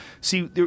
see